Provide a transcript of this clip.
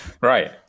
Right